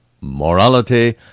morality